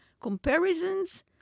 Comparisons